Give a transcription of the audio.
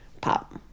pop